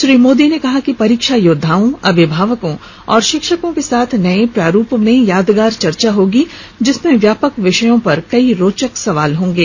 श्री मोदी ने कहा कि परीक्षा योद्दाओं अभिभावकों और शिक्षकों के साथ नए प्रारूप में यादगार चर्चा होगी जिसमें व्यापक विषयों पर कई रोचक सवाल होंगे